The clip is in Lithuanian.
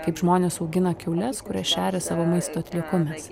kaip žmonės augina kiaules kurias šeria savo maisto atliekomis